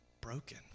broken